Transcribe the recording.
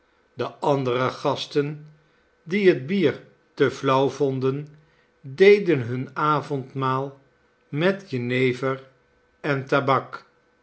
de andere gasten die het bier te flauw vonden deden hun avondmaal met jenever en tabak